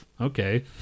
Okay